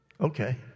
Okay